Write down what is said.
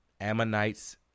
Ammonites